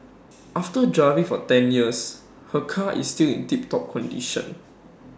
after driving for ten years her car is still in tip top condition